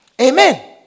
Amen